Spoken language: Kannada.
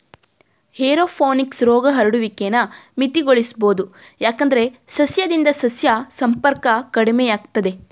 ಏರೋಪೋನಿಕ್ಸ್ ರೋಗ ಹರಡುವಿಕೆನ ಮಿತಿಗೊಳಿಸ್ಬೋದು ಯಾಕಂದ್ರೆ ಸಸ್ಯದಿಂದ ಸಸ್ಯ ಸಂಪರ್ಕ ಕಡಿಮೆಯಾಗ್ತದೆ